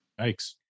Yikes